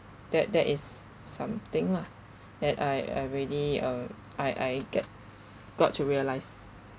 that that is something lah that I already uh I I get got to realize